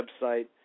website